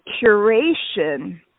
curation